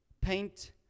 paint